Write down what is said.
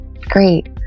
great